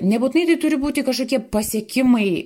nebūtinai tai turi būti kažkokie pasiekimai